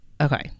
okay